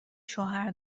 شوهر